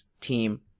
team